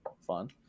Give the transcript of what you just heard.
fun